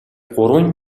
гурван